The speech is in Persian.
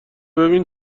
ببین